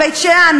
בית-שאן,